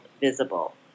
visible